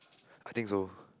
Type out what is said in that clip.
I think so